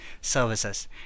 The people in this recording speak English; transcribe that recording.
services